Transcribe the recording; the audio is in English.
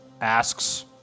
asks